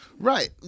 Right